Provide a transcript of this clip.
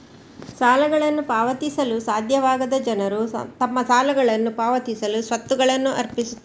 ಸಾಲಗಳನ್ನು ಪಾವತಿಸಲು ಸಾಧ್ಯವಾಗದ ಜನರು ತಮ್ಮ ಸಾಲಗಳನ್ನ ಪಾವತಿಸಲು ಸ್ವತ್ತುಗಳನ್ನ ಅರ್ಪಿಸುತ್ತಾರೆ